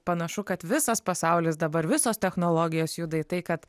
panašu kad visas pasaulis dabar visos technologijos juda į tai kad